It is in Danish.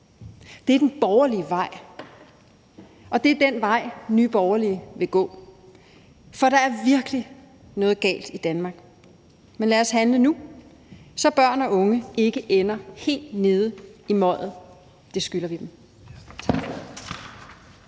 Det er den borgerlige vej, og det er den vej, Nye Borgerlige vil gå. For der er virkelig noget galt i Danmark, men lad os handle nu, så børn og unge ikke ender helt nede i møget. Det skylder vi dem.